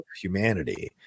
humanity